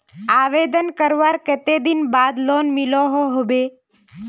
आवेदन करवार कते दिन बाद लोन मिलोहो होबे?